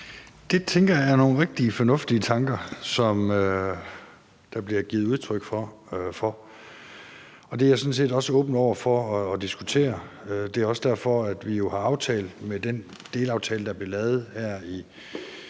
Jeg tænker, at det er nogle rigtig fornuftige tanker, som der bliver givet udtryk for, og jeg er sådan set også åben over for at diskutere det. Det er også derfor, at vi med den delaftale, der blev lavet her i